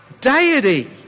deity